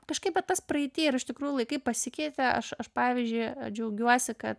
kažkaip vat tas praeity ir iš tikrųjų laikai pasikeitė aš aš pavyzdžiui džiaugiuosi kad